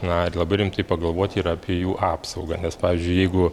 na ir labai rimtai pagalvoti ir apie jų apsaugą nes pavyzdžiui jeigu